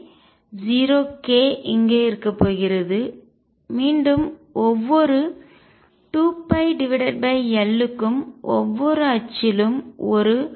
எனவே 0 k இங்கே இருக்கப் போகிறது மீண்டும் ஒவ்வொரு 2π L க்கும் ஒவ்வொரு அச்சிலும் ஒரு ஸ்டேட் நிலை உள்ளது